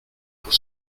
pour